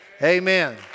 Amen